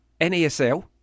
NASL